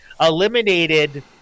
eliminated